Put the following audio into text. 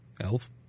Elf